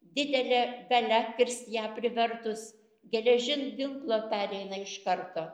didelė galia kirst ją privertus geležin ginklo pereina iš karto